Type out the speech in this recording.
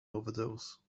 overdose